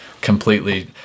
completely